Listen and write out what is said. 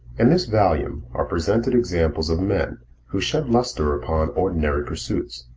in this volume are presented examples of men who shed lustre upon ordinary pursuits,